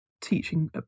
teaching